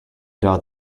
doubt